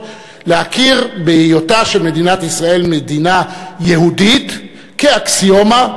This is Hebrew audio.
לכנסת להכיר בהיותה של מדינת ישראל מדינה יהודית כאקסיומה.